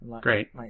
great